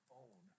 own